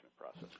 process